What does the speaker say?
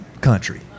country